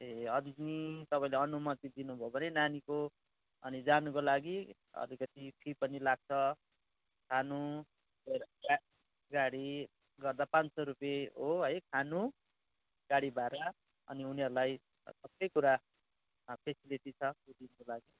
ए हजुर नी तपाईँले अनुमति दिनुभयो भने नानीको अनि जानुको लागि अलिकति फी पनि लाग्छ खानु गाडी गर्दा पाँच सौ रुपियाँ हो है खानु गाडी भाडा अनि उनीहरूलाई सबैकुरा फेसिलिटी छ त्यो दिनको लागि